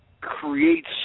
creates